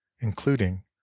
including